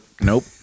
nope